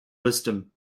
wisdom